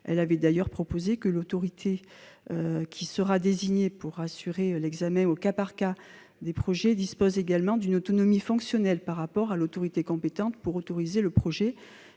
Elle avait d'ailleurs proposé que l'autorité désignée pour assurer l'examen au cas par cas des projets dispose également d'une autonomie fonctionnelle par rapport à l'autorité compétente pour autoriser le projet,